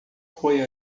foi